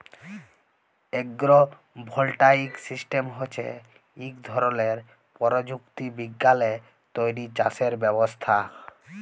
agro voltaic system হছে ইক ধরলের পরযুক্তি বিজ্ঞালে তৈরি চাষের ব্যবস্থা